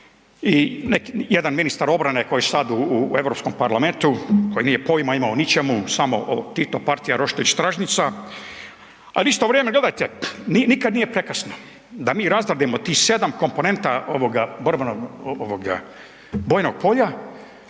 jedan ministar obrane koji je sad u Europskom parlamentu koji nije pojma imao o ničemu samo o Tito, partija, roštilj, stražnjica. Al u isto vrijeme gledajte, nikad nije prekasno da mi razgrabimo tih 7 komponenta ovoga borbenog,